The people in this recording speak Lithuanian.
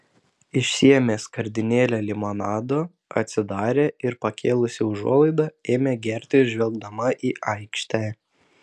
išsiėmė skardinėlę limonado atsidarė ir pakėlusi užuolaidą ėmė gerti žvelgdama į aikštę